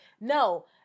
No